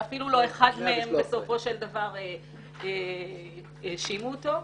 ואפילו לא באחד מהם בסופו של דבר האשימו אותו.